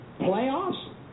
Playoffs